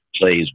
plays